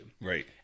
Right